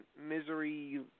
Misery